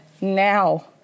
now